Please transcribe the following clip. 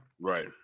Right